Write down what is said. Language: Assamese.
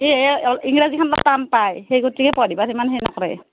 এ এই ইংৰাজীখন অলপ টান পায় সেই গতিকে পঢ়িবৰ ইমান হেই নকৰে